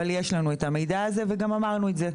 אבל יש לנו את המידע הזה וגם אמרנו את זה.